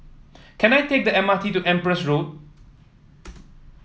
can I take the M R T to Empress Road